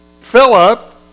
Philip